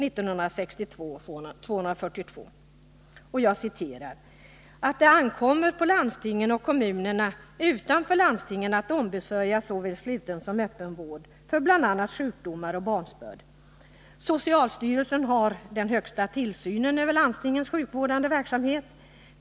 I dagens svar erinrar hälsovårdsministern om att det ”ankommer på landstingen och kommunerna utanför landsting att ombesörja såväl sluten som öppen vård för bl.a. sjukdomar och barnsbörd. Socialstyrelsen har den högsta tillsynen över landstingens sjukvårdande verksamhet.